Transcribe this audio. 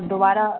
दोबारा